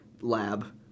lab